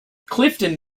clifton